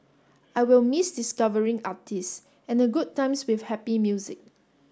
I will miss discovering artists and the good times with happy music